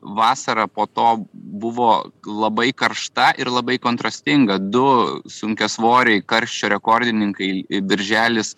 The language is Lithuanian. vasara po to buvo labai karšta ir labai kontrastinga du sunkiasvoriai karščio rekordininkai birželis